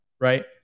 Right